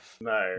No